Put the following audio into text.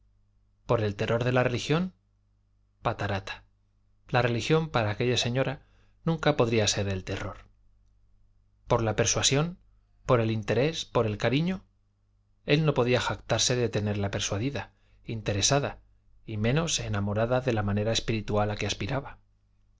por el terror de la religión patarata la religión para aquella señora nunca podría ser el terror por la persuasión por el interés por el cariño él no podía jactarse de tenerla persuadida interesada y menos enamorada de la manera espiritual a que aspiraba